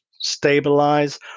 stabilize